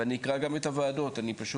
ואני אקרא גם את הוועדות שהיו,